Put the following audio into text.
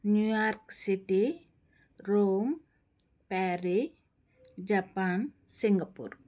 New York city Rome Paris Japan Singapore